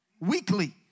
weekly